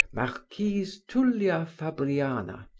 marquise tullia fabriana,